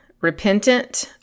repentant